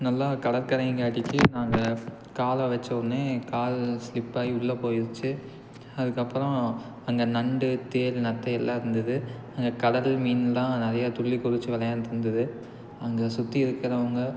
நல்லா கடற்கரைங்க அடித்து நாங்கள் காலை வச்ச உடனே கால் சில்ப்பாகி உள்ள போயிடுச்சி அதுக்கப்புறம் அங்கே நண்டு தேள் நத்தை எல்லாம் இருந்துது அங்கே கடல் மீன்லாம்நிறையா துள்ளி குதித்து விளையாண்டுட்டு இருந்துது அங்கே சுற்றி இருக்கிறவங்க